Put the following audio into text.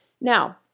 Now